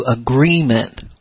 agreement